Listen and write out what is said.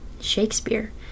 Shakespeare